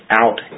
out